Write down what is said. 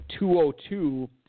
202